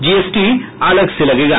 GST अलग से लगेगा